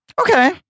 Okay